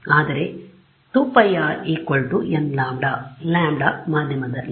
ಆದರೆ 2πr nλ λ ಮಾಧ್ಯಮದಲ್ಲಿ